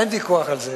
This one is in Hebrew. אין ויכוח על זה.